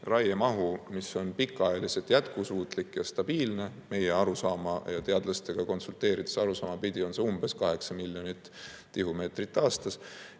raiemahu, mis on pikaajaliselt jätkusuutlik ja stabiilne. Meie arusaama ja teadlastega konsulteerides kujunenud arusaama järgi on see umbes 8 miljonit tihumeetrit aastas.